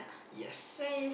yes